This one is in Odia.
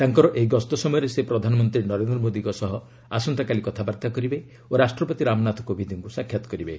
ତାଙ୍କର ଏହି ଗସ୍ତ ସମୟରେ ସେ ପ୍ରଧାନମନ୍ତ୍ରୀ ନରେନ୍ଦ୍ର ମୋଦୀଙ୍କ ସହ ଆସନ୍ତାକାଲି କଥାବାର୍ତ୍ତା କରିବେ ଓ ରାଷ୍ଟ୍ରପତି ରାମନାଥ କୋବିନ୍ଦଙ୍କ ସାକ୍ଷତ କରିବେ